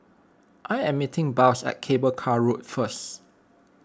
I am meeting Blas at Cable Car Road first